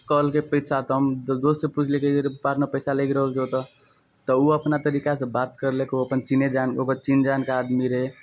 कहलकै पइसा तऽ हम दोस्तसे पुछलिए कहै छै बादमे पइसा लागि रहल छै ओतऽ तऽ ओ अपना तरीकासे बात करलकै ओ अपन चिन्है जानै ओकर चिन्ह जानके आदमी रहै